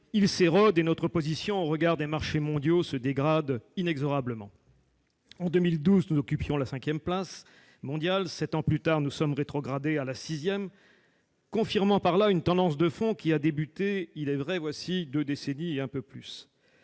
il s'érode et notre position au regard des marchés mondiaux se dégrade inexorablement. En 2012, nous occupions la cinquième place mondiale. Sept ans plus tard, nous sommes rétrogradés à la sixième, confirmant par là une tendance de fond qui a débuté, il est vrai, voilà deux décennies et même un peu plus.